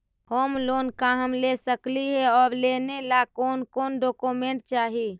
Home loan का हम ले सकली हे, और लेने ला कोन कोन डोकोमेंट चाही?